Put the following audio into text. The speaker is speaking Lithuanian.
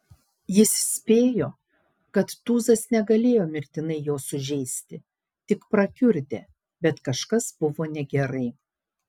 jis spėjo kad tūzas negalėjo mirtinai jo sužeisti tik prakiurdė bet kažkas buvo negerai